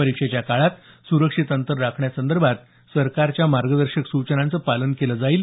परीक्षेच्या काळात सुरक्षित अंतर राखण्यासंदर्भात सरकारच्या मार्गदर्शक सूचनांचं पालन केलं जाईल